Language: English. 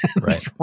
right